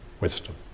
wisdom